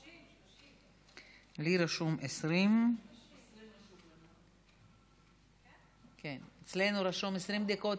30, 30. לי רשום 20. אצלם רשום 20 דקות.